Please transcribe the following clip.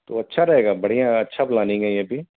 तो अच्छा रहेगा बढ़िया अच्छा प्लानिंग है यह भी